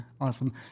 awesome